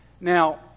Now